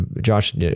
Josh